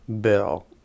bill